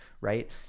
Right